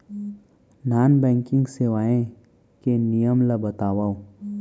Non banking सेवाएं के नियम ला बतावव?